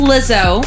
Lizzo